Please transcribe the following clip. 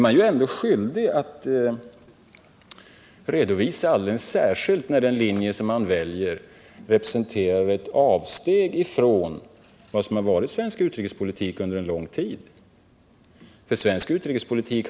Man är ändå skyldig att redovisa detta, särskilt som den linje man har valt representerar ett avsteg ifrån vad som under en lång tid har varit svensk utrikespolitik.